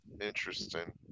Interesting